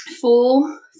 four